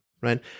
Right